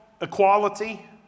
equality